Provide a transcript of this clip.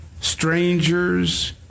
strangers